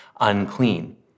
unclean